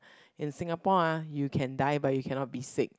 in Singapore ah you can die but you cannot be sick